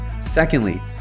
Secondly